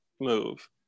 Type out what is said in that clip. move